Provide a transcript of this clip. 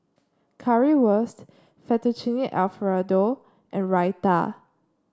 Currywurst Fettuccine Alfredo and Raita